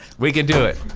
we can do it.